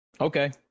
Okay